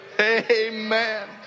Amen